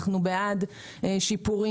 אנחנו בעד שיפורים,